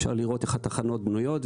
אפשר לראות איך התחנות בנויות,